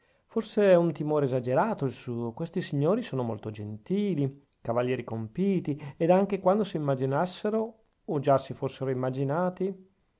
forse è un timore esagerato il suo questi signori sono molto gentili cavalieri compiti ed anche quando s'immaginassero o già si fossero immaginati